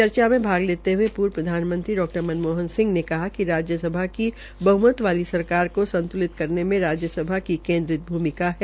चर्चा में भाग लेते हये पूर्व प्रधानमंत्री डा मनमोहन सिंह ने कहा कि राज्यसभा की बहमत वाली सरकार को संत्लित करने के लिए राज्यसभा की केन्द्रित भूमिका है